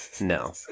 No